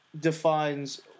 defines